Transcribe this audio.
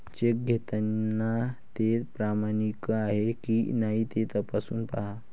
check घेताना ते प्रमाणित आहे की नाही ते तपासून पाहा